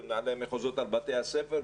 מנהלי המחוזות לא סומכים על מנהלי בתי הספר,